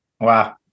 Wow